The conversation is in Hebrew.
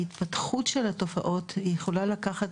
ההתפתחות של התופעות יכולה לקחת,